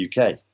UK